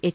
H